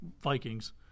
Vikings